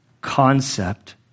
concept